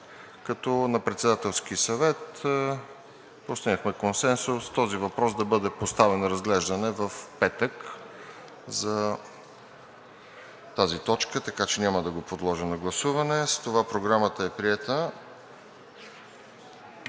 като на Председателски съвет постигнахме консенсус този въпрос да бъде поставен на разглеждане в петък за тази точка, така че няма да го подложа на гласуване. С това Програмата е приета.